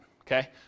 okay